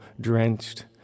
drenched